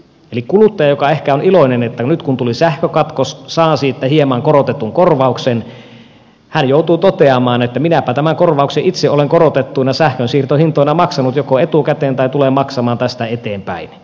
eli kuluttaja joka ehkä on iloinen että nyt kun tuli sähkökatkos niin saa siitä hieman korotetun korvauksen joutuu toteamaan että minäpä tämän korvauksen itse olen korotettuina sähkön siirtohintoina joko maksanut etukäteen tai tulen maksamaan tästä eteenpäin